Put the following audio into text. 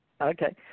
Okay